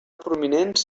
prominents